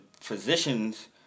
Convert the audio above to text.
physicians